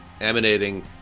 emanating